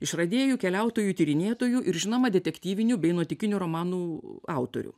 išradėjų keliautojų tyrinėtojų ir žinoma detektyvinių bei nuotykinių romanų autorių